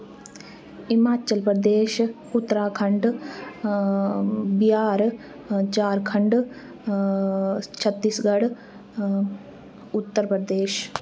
Himachal Pradesh Uttarakhand Bihar Jharkhand Chhattisgarh Uttar Pradesh